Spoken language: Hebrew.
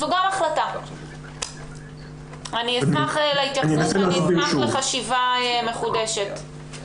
אני אשמח להתייחסות ולחשיבה מחודשת.